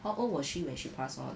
how old was she when she pass on